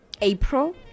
April